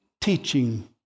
teaching